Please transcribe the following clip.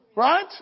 Right